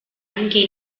anche